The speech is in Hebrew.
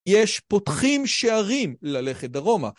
יש פותחים שערים ללכת דרומה.